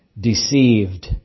deceived